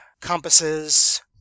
compasses